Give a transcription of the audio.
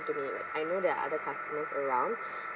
to me I know there are other customers around